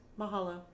Mahalo